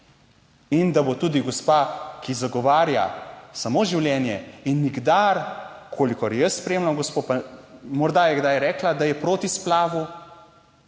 in da bo tudi gospa, ki zagovarja samo življenje in nikdar, kolikor jaz spremljam gospo, morda je kdaj rekla, da je proti splavu,